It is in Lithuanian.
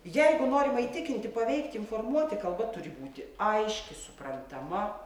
jeigu norima įtikinti paveikti informuoti kalba turi būti aiški suprantama